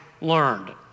learned